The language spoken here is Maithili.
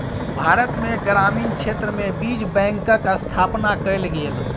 भारत में ग्रामीण क्षेत्र में बीज बैंकक स्थापना कयल गेल